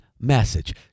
message